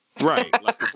Right